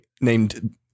named